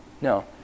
no